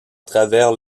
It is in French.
travers